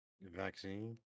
Vaccine